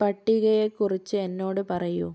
പട്ടികയെക്കുറിച്ച് എന്നോട് പറയൂ